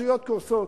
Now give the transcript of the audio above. רשויות קורסות.